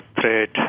threat